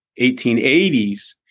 1880s